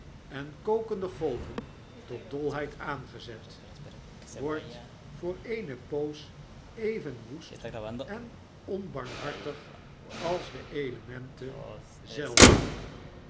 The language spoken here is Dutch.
en kokende golven tot dolheid aangezet wordt voor eene poos even woest en onbarmhartig als de elementen zelven